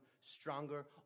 stronger